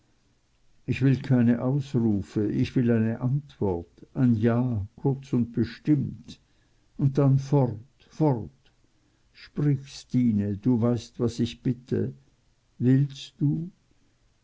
ich will keine ausrufe ich will eine antwort ein ja kurz und bestimmt und dann fort fort sprich stine du weißt was ich bitte willst du